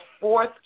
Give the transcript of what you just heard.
fourth